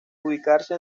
ubicarse